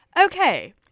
Okay